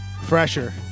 fresher